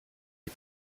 die